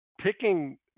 picking –